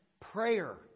prayer